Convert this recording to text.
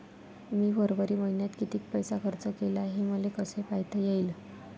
मी फरवरी मईन्यात कितीक पैसा खर्च केला, हे मले कसे पायता येईल?